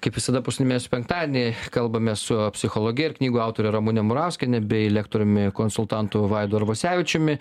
kaip visada paskutinį mėnesio penktadienį kalbamės su psichologe ir knygų autore ramune murauskiene bei lektoriumi konsultantu vaidu arvasevičiumi